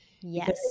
Yes